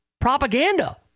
propaganda